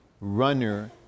runner